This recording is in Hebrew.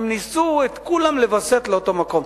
הם ניסו לווסת את כולם לאותו מקום.